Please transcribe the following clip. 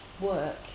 work